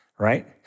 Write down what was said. Right